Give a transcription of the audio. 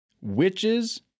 Witches